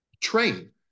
Train